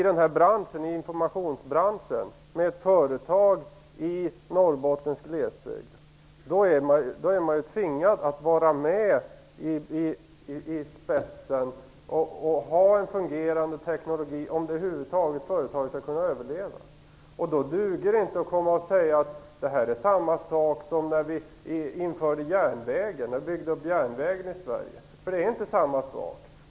Jobbar man i informationsbranschen med ett företag i Norrbottens glesbygd är man ju tvingad att vara med i spetsen och ha en fungerande teknik om företaget över huvud taget skall kunna överleva. Då duger det inte att komma och säga att det här är samma sak som när vi byggde upp järnvägen i Sverige, för det är inte samma sak.